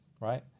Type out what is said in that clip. right